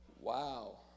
Wow